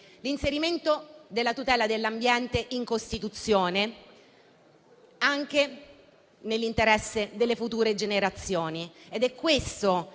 all'inserimento della tutela dell'ambiente in Costituzione, anche nell'interesse delle future generazioni.